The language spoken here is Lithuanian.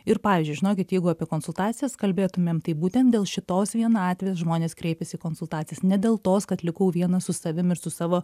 ir pavyzdžiui žinokit jeigu apie konsultacijas kalbėtumėm tai būtent dėl šitos vienatvės žmonės kreipiasi į konsultacijas ne dėl tos kad likau vienas su savim ir su savo